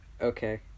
Okay